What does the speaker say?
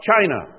China